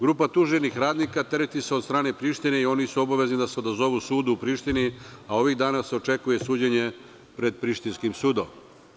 Grupa tuženih radnika tereti se od strane Prištine i oni su obavezni da se odazovu sudu u Prištini, a ovih dana se očekuje suđenje pred prištinskim sudom.